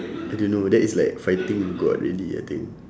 I don't know that is like fighting god already I think